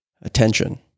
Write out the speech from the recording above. attention